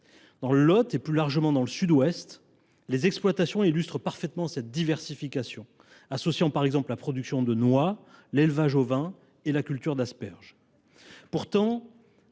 Dans le Lot et, plus largement, dans le Sud Ouest, les exploitations illustrent parfaitement cette diversification, associant, par exemple, la production de noix, l’élevage ovin et la culture d’asperges.